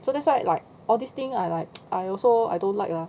so that's why like all these thing I like I also I don't like lah